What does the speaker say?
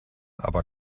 aber